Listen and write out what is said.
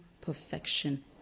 perfection